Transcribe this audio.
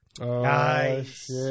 Nice